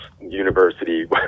university